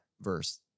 verse